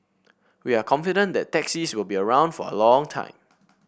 we are confident that taxis will be around for a long time